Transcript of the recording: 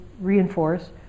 reinforce